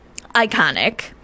iconic